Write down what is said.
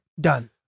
Done